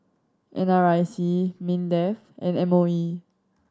N R I C MINDEF and M O E